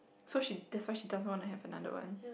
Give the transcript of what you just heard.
so she that's why she doesn't want to have another one